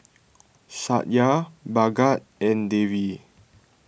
Satya Bhagat and Devi